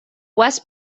west